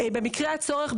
במקרה הצורך,